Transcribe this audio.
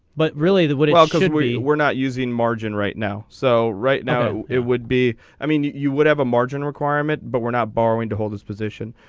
but really the what about could we we're not using margin right now so right now it would be i mean you you would have a margin requirement but we're not borrowing to hold this position.